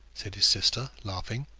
said his sister, laughing.